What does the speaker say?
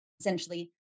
essentially